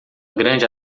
grande